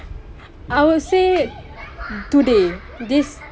I would say today this